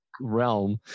realm